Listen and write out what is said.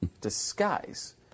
disguise